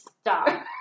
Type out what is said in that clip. Stop